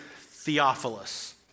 Theophilus